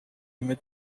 image